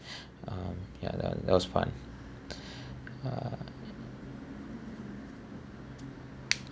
um ya that that was fun uh